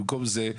במקום זה,